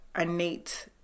innate